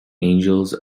angels